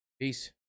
Peace